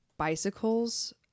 bicycles